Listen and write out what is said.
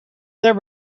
there